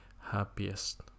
happiest